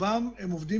רובם עובדים